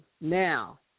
now